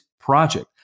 project